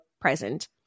present